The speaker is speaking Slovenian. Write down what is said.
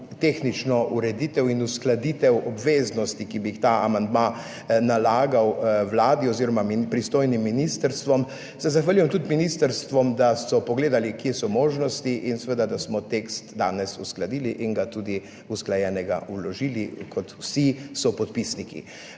tehnično ureditev in uskladitev obveznosti, ki bi jih ta amandma nalagal Vladi oziroma in pristojnim ministrstvom. Se zahvaljujem tudi ministrstvom, da so pogledali kje so možnosti in seveda, da smo tekst danes uskladili in ga tudi usklajenega vložili kot vsi sopodpisniki.